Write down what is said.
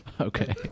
Okay